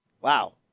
Wow